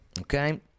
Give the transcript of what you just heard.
Okay